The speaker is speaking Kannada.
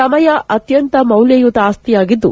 ಸಮಯ ಅತ್ಯಂತ ಮೌಲ್ಜಯುತ ಆಸ್ತಿಯಾಗಿದ್ದು